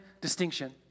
distinction